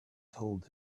told